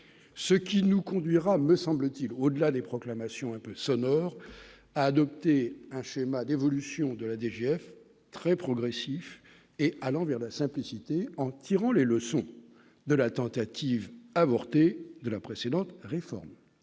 ce qui nous conduira à me semble-t-il, au-delà des proclamations un peu sonore adopter un schéma d'évolution de la DGF très progressif et allant vers la simplicité, en tirant les leçons de la tentative avortée de la précédente réforme,